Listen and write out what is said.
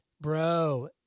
Bro